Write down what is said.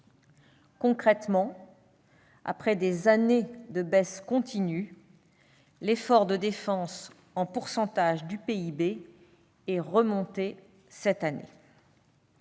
Concrètement, après des années de baisse continue, l'effort de défense, en pourcentage du PIB, a remonté cette année.